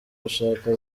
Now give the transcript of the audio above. gushaka